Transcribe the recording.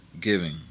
giving